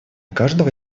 каждого